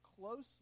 closely